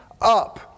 up